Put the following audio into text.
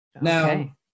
Now